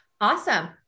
Awesome